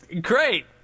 Great